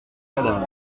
cadavre